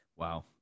Wow